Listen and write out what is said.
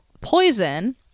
poison